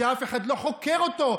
שאף אחד לא חוקר אותו,